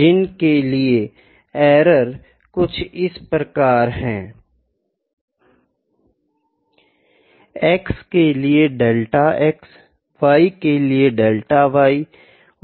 जिनके लिए एरर कुछ इस प्रकार है x के लिए डेल्टा x y के लिए डेल्टा y और z के लिए डेल्टा z